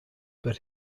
but